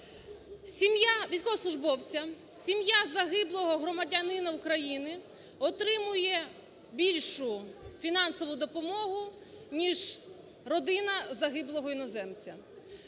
сім'я військовослужбовця, сім'я загиблого громадянина України отримує більшу фінансову допомогу, ніж родина загиблого іноземця.